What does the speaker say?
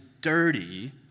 dirty